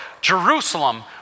Jerusalem